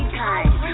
time